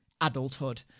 adulthood